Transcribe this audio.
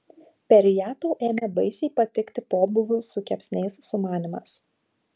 per ją tau ėmė baisiai patikti pobūvių su kepsniais sumanymas